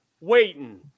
Waiting